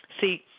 See